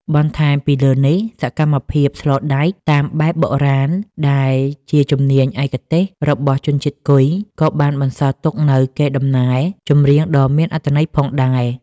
បន្ថែមពីលើនេះ សកម្មភាពស្លដែកតាមបែបបុរាណដែលជាជំនាញឯកទេសរបស់ជនជាតិគុយ ក៏បានបន្សល់ទុកនូវកេរដំណែលចម្រៀងដ៏មានអត្ថន័យផងដែរ។